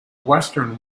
western